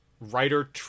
writer